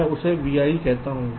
मैं इसे Vi कहता हूं